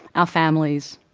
our families,